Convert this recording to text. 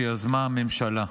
שיזמה הממשלה.